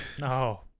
No